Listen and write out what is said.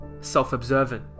self-observant